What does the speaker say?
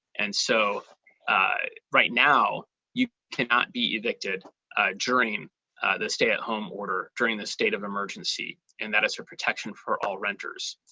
and so right now you cannot be evicted ah during the stay at home order, during the state of emergency. and that is for protection for all renters.